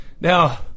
Now